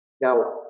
Now